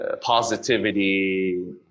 positivity